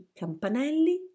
campanelli